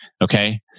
okay